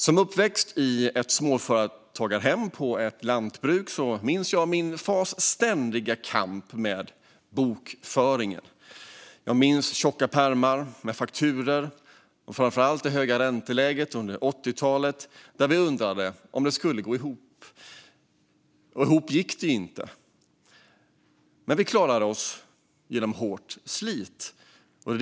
Som uppvuxen i ett småföretagarhem på ett lantbruk minns jag min fars ständiga kamp med bokföringen. Jag minns tjocka pärmar med fakturor. Framför allt minns jag det höga ränteläget under 80-talet, där vi undrade om det skulle gå ihop. Ihop gick det inte, men vi klarade oss genom hårt slit.